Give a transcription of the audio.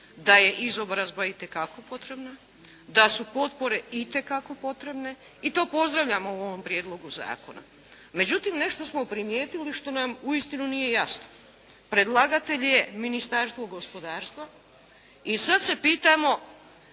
da je izobrazba itekako potrebna, da su potpore itekako potrebne i to pozdravljamo u ovom prijedlogu zakona. Međutim, nešto smo primijetili što nam uistinu nije jasno. Predlagatelj je Ministarstvo gospodarstva. I sad se pitamo,